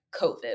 COVID